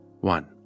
One